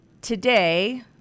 today